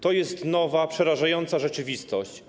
To jest nowa, przerażająca rzeczywistość.